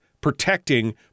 protecting